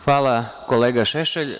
Hvala, kolega Šešelj.